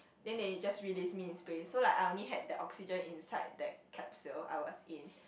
then they just release me in space so like I only had the oxygen inside the capsule I was in